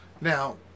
Now